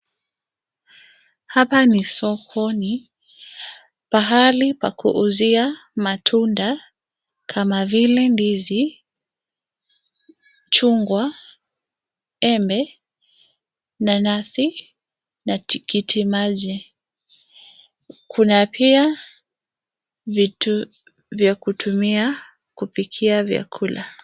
Hapa ni sokoni; pahali pa kuuzia matunda kama vile ndizi, chungwa, embe, nanasi na tikitimaji. Kuna pia vitu vya kutumia kupikia vyakula.